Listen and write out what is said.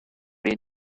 les